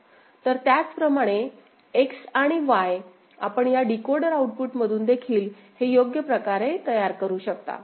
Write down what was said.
तर त्याचप्रमाणे X आणि Y आपण या डीकोडर आउटपुटमधून देखील हे योग्य प्रकारे तयार करू शकता